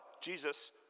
jesus